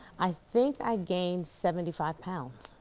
i think i gained seventy five pounds,